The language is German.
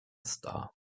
star